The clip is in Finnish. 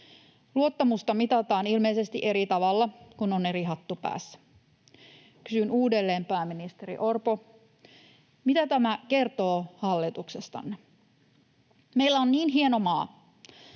Luottamusta mitataan ilmeisesti eri tavalla, kun on eri hattu päässä. Kysyn uudelleen, pääministeri Orpo: mitä tämä kertoo hallituksestanne? Meillä on niin hieno maa,